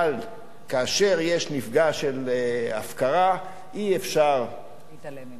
שכאשר יש נפגע של הפקרה אי-אפשר, להתעלם ממנו.